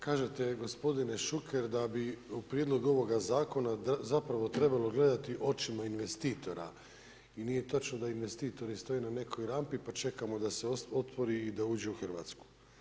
Kažete gospodine Šuker da bi u prijedlogu ovoga zakona zapravo trebalo gledati očima investitora i nije točno da investitori stoje na nekoj rampi pa čekamo da se otvori i da uđu u Hrvatsku.